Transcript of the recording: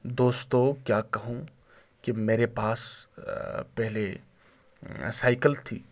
دوستو کیا کہوں کہ میرے پاس پہلے سائیکل تھی